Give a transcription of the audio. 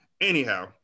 Anyhow